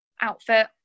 outfit